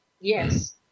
Yes